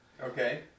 Okay